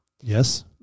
Yes